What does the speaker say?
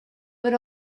but